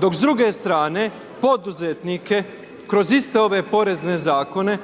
dok s druge strane, poduzetnike kroz iste ove porezne zakone,